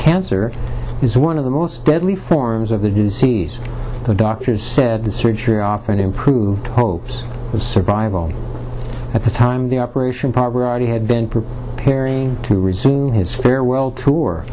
cancer is one of the most deadly forms of the disease the doctors said surgery often improved hopes of survival at the time of the operation part were already had been preparing to resume his farewell tour